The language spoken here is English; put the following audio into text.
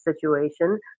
situation